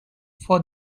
for